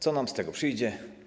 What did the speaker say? Co nam z tego przyjdzie?